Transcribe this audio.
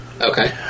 Okay